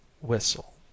whistle